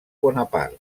bonaparte